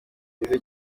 ize